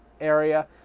area